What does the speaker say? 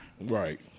Right